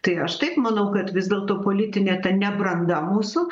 tai aš taip manau kad vis dėlto politinė nebranda mūsų